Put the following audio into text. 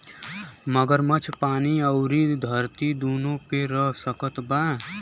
मगरमच्छ पानी अउरी धरती दूनो पे रह सकत बा